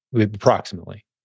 approximately